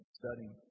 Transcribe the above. studying